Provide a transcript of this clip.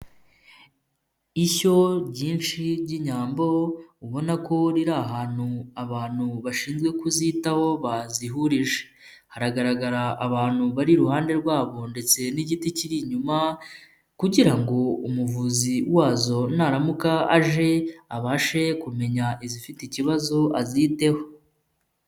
Ishyo ryinshi ry'inyambo. Ubona ko riri ahantu abantu bashinzwe kuzitaho bazihurije. Haragaragara abantu bari iruhande rwabo ndetse n'igiti kiri inyuma kugira ngo umuvuzi wazo naramuka aje, abashe kumenya izifite ikibazo aziteho.